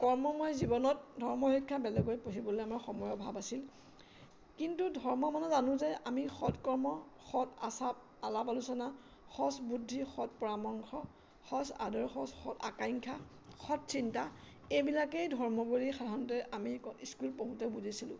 কৰ্মময় জীৱনত ধৰ্ম শিক্ষা বেলেগ পঢ়িবলৈ আমাৰ সময়ৰ অভাৱ আছিল কিন্তু ধৰ্ম মানে জানো যে আমি সৎ কৰ্ম সৎ আচাপ আলাপ আলোচনা সৎ বুদ্ধি সৎ পৰামৰ্শ সৎ আদৰ্শ সৎ আকাংক্ষা সৎ চিন্তা এইবিলাকেই ধৰ্ম বুলি সাধাৰণতে আমি স্কুল পঢ়োঁতে বুজিছিলোঁ